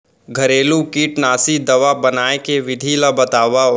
घरेलू कीटनाशी दवा बनाए के विधि ला बतावव?